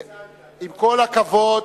עם כל הכבוד,